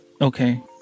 Okay